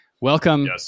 Welcome